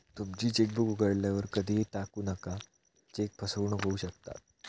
तुमची चेकबुक उघड्यावर कधीही टाकू नका, चेक फसवणूक होऊ शकता